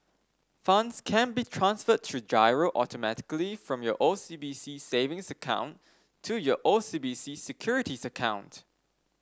funds can be transferred through GIRO automatically from your O C B C Savings account to your O C B C Securities account